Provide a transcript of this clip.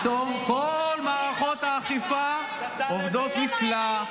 פתאום כל מערכות האכיפה עובדות נפלא,